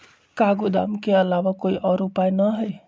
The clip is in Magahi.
का गोदाम के आलावा कोई और उपाय न ह?